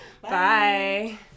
Bye